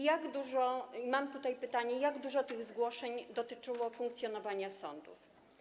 I mam tutaj pytanie: Jak dużo tych zgłoszeń dotyczyło funkcjonowania sądów?